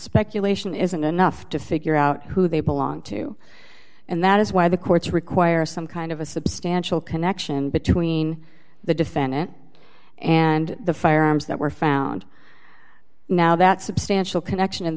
speculation isn't enough to figure out who they belong to and that is why the courts require some kind of a substantial connection between the defendant and the firearms that were found now that substantial connection in